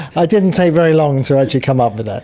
i didn't take very long to actually come up with that.